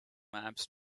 maps